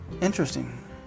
Interesting